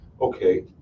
okay